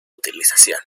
utilización